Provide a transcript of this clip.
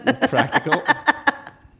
practical